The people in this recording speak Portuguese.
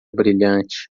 brilhante